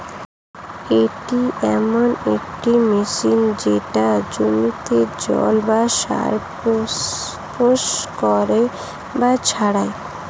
এটি এমন একটি মেশিন যেটা জমিতে জল বা সার স্প্রে করে বা ছড়ায়